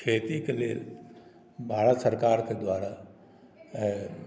खेतीके लेल भारत सरकार के द्वारा